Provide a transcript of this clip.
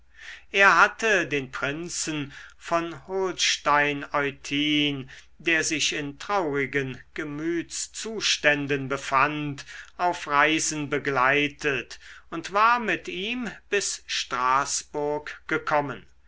er hatte den prinzen von holstein eutin der sich in traurigen gemütszuständen befand auf reisen begleitet und war mit ihm bis straßburg gekommen